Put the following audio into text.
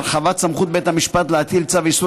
הרחבת סמכות בית המשפט להטיל צו איסור